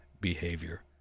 behavior